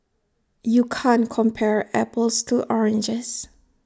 you can't compare apples to oranges